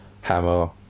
hammer